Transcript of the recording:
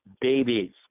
babies